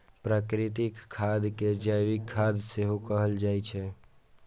प्राकृतिक खाद कें जैविक खाद सेहो कहल जाइ छै